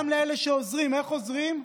גם לאלה שעוזרים, איך עוזרים?